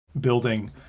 building